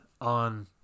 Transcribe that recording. on